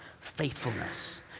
faithfulness